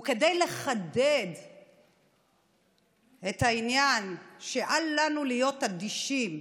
וכדי לחדד את העניין שאל לנו להיות אדישים,